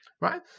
right